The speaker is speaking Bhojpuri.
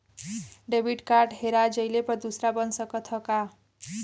डेबिट कार्ड हेरा जइले पर दूसर बन सकत ह का?